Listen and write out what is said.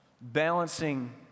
Balancing